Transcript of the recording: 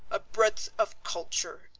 a breadth of culture,